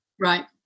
right